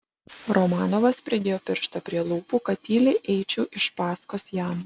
romanovas pridėjo pirštą prie lūpų kad tyliai eičiau iš paskos jam